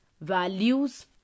values